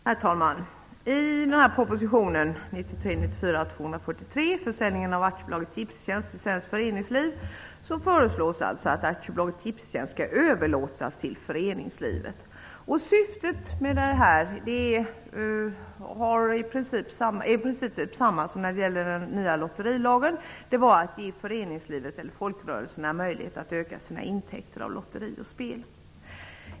Herr talman! I proposition 1993/94:243 om försäljningen av AB Tipstjänst till svenskt föreningsliv föreslås att AB Tipstjänst skall överlåtas till föreningslivet. Syftet är i princip detsamma som gäller den nya lotterilagen, att ge föreningslivet och folkrörelserna möjlighet att öka sina intäkter från lotteri och spel.